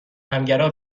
همگرا